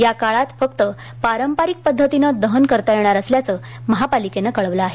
या काळात फक्त पारंपारिक पद्धतीने दहन करता येणार असल्याचे महापालिकेने कळविले आहे